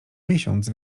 miesiąc